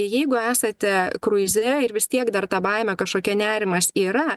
jeigu esate kruize ir vis tiek dar ta baimė kažkokia nerimas yra